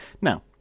Now